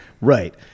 Right